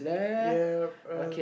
yep run